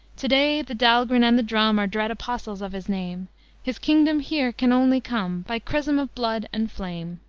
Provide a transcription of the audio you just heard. to-day the dahlgren and the drum are dread apostles of his name his kingdom here can only come by chrism of blood and flame.